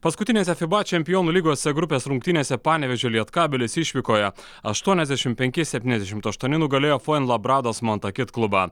paskutinėse fiba čempionų lygos c grupės rungtynėse panevėžio lietkabelis išvykoje aštuoniasdešimt penki septyniasdešimt aštuoni nugalėjo fuenlabrados montakit klubą